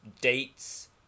dates